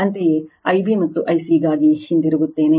ಅಂತೆಯೇ I b ಮತ್ತು I c ಗಾಗಿ ಹಿಂತಿರುಗುತ್ತೇನೆ